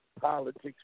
politics